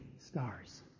stars